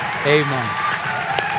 Amen